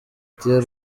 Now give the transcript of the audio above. dieu